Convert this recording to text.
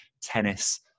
tennis